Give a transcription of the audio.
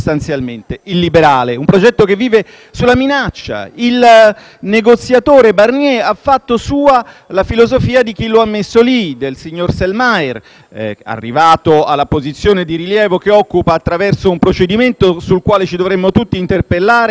negoziatore Barnier ha fatto sua la filosofia di chi lo ha messo lì, il signor Selmayr, arrivato alla posizione di rilievo che occupa attraverso un procedimento sul quale ci dovremmo tutti interpellare e su cui l'*ombudsman* della Commissione europea ha espresso tanti dubbi,